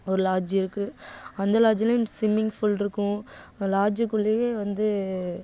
ஒரு லார்ட்ஜி இருக்குது அந்த லார்ட்ஜ்லேயும் ஸ்சுமிங் ஃபூல் இருக்கும் லார்ட்ஜிக்குள்ளேயே வந்து